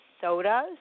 sodas